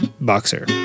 boxer